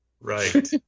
Right